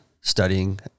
studying